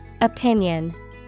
Opinion